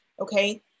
Okay